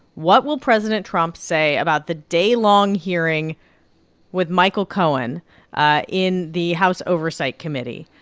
what will president trump say about the day-long hearing with michael cohen ah in the house oversight committee?